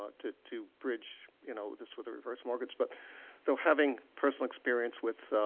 but to to bridge, you know, this with a reverse mortgage, but though having personal experience with, ah,